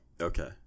okay